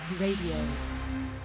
Radio